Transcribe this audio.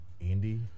Andy